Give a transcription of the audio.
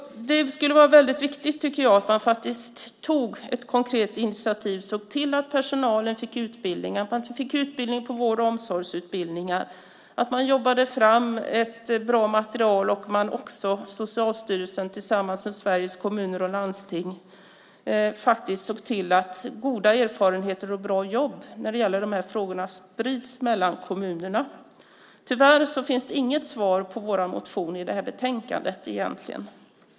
Det är viktigt att ta ett konkret initiativ och se till att personalen får utbildning inom vård och omsorgsutbildningar. Det handlar om att jobba fram ett bra material och också att Socialstyrelsen tillsammans med Sveriges Kommuner och Landsting såg till att goda erfarenheter och bra jobb i de här frågorna sprids mellan kommunerna. Tyvärr finns det inget svar på våra motioner i betänkandet. Fru talman!